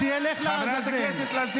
שילך לעזאזל.